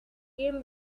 came